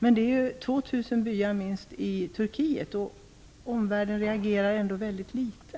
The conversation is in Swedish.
Det är fråga om minst 2 000 byar i Turkiet, och omvärlden reagerar ändå väldigt litet.